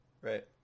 Right